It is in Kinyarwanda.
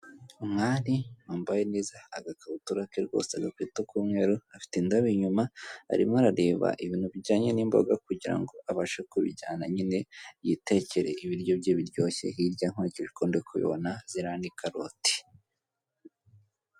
Umwari wambaye neza agakabutura ke rwose, agakweto k'umweru afite indabo inyuma, arimo arareba ibintu bijyanye n'imboga kugira ngo abashe kubijyana nyine, yitekere ibiryo bye biryoshye, hirya nkurikije uko ndi kubibona ziriya ni karoti.